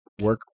work